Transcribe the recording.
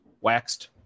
waxed